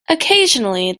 occasionally